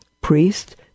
priest